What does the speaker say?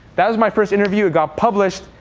that was my first interview. it got published,